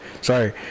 Sorry